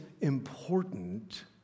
important